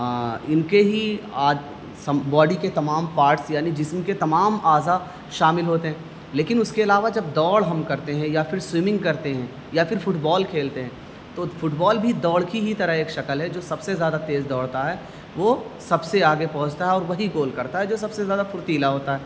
ان کے ہی باڈی کے تمام پارٹس یعنی جسم کے تمام اعضاء شامل ہوتے ہیں لیکن اس کے علاوہ جب دوڑ ہم کرتے ہیں یا پھر سوئمنگ کرتے ہیں یا پھر فٹ بال کھیلتے ہیں تو فٹ بال بھی دوڑ کی ہی طرح ایک شکل ہے جو سب سے زیادہ تیز دوڑتا ہے وہ سب سے آگے پہنچتا ہے اور وہی گول کرتا ہے جو سب سے زیادہ فرتیلا ہوتا ہے